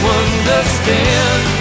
understand